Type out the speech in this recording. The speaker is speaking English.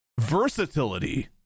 versatility